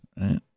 right